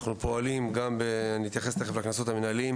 אנחנו פועלים גם בנוגע לקנסות מנהליים